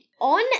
on